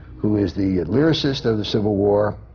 who is the lyricist of the civil war,